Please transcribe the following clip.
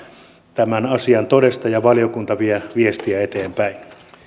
tämän asian todesta ja valiokunta vie viestiä eteenpäin